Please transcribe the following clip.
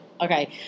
okay